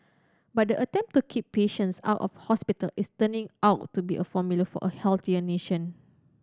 but the attempt to keep patients out of hospital is turning out to be a formula for a healthier nation